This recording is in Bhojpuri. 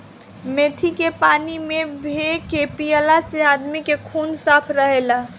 मेथी के पानी में भे के पियला से आदमी के खून साफ़ रहेला